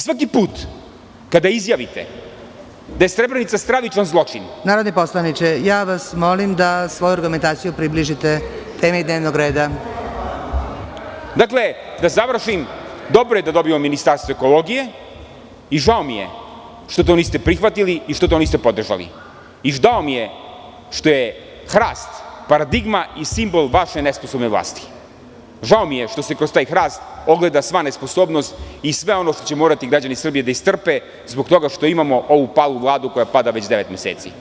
Svaki put kada izjavite da je Srebrenica stravičan zločin… (Predsedavajuća: Narodni poslaniče molim vas da svoju argumentaciju približite temi dnevnog reda.) Dakle, da završim, dobro je da dobijemo ministarstvo ekologije i žao mi je što to niste prihvatili i što to niste podržali i žao mi je što je hrast paradigma i simbol vaše nesposobne vlasti i žao mi je što se kroz taj hrast ogleda sva nesposobnost i sve ono što će morati građani Srbije da istrpe, zbog toga što imamo ovu Vladu koja pada već devet meseci.